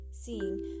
Seeing